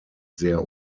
sehr